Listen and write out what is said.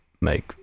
make